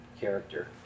character